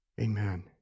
amen